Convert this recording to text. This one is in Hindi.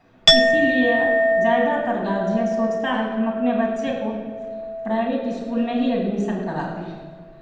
इसीलिए ज़्यादातर गार्जियन सोचता है कि हम अपने बच्चे को प्राइवेट स्कूल में ही एड्मिशन करा दें